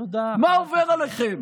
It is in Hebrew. מה עובר עליכם?